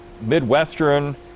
Midwestern